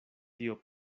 tio